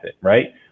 right